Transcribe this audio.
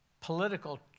political